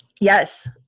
yes